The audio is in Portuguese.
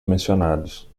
mencionados